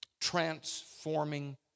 Transforming